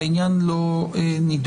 והעניין לא נידון,